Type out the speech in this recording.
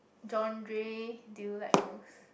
genre do you like most